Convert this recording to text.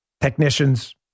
technicians